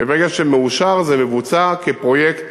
וברגע שזה מאושר זה מבוצע כפרויקט